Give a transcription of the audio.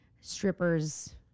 strippers